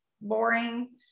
boring